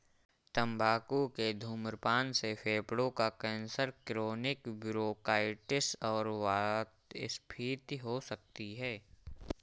तंबाकू के धूम्रपान से फेफड़ों का कैंसर, क्रोनिक ब्रोंकाइटिस और वातस्फीति हो सकती है